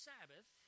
Sabbath